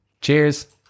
Cheers